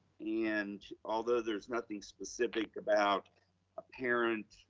and although there's nothing specific about a parent,